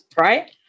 right